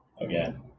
again